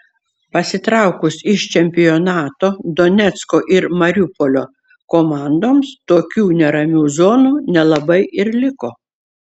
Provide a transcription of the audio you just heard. pasitraukus iš čempionato donecko ir mariupolio komandoms tokių neramių zonų nelabai ir liko